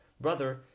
brother